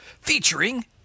featuring